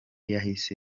yahise